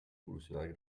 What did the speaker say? evolucionar